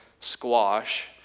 squash